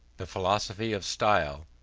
the philosophy of style,